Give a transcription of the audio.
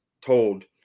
told